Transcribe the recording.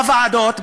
בוועדות,